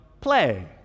play